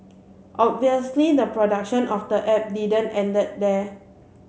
obviously the production of the app didn't end there